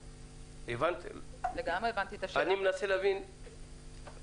אני מנסה להבין למה אתם שם.